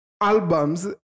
albums